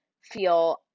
feel